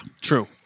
true